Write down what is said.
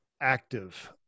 active